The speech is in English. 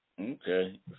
Okay